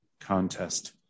contest